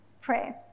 pray